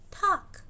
talk